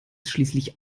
schließlich